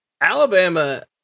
Alabama